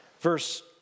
verse